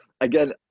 again